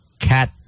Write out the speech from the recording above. cat